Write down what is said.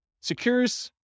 secures